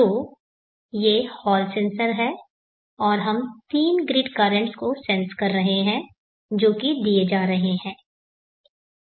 तो ये Hall sensor हैं और हम तीन ग्रिड कर्रेंटस को सेंस कर रहे हैं जो की दिए जा रहे है